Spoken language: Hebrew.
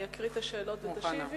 אני אקרא את השאלות ותשיבי?